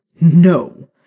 No